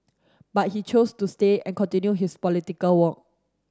but he chose to stay and continue his political work